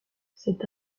cette